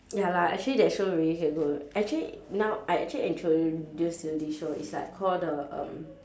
ya lah actually that show really damn good actually now I actually introduce you this show it's like called the um